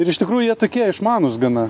ir iš tikrųjų jie tokie išmanūs gana